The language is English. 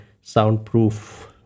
soundproof